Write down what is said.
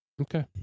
okay